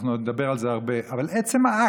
אנחנו עוד נדבר על זה הרבה, אבל עצם האקט